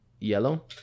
yellow